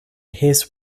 his